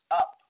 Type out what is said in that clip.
up